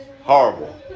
Horrible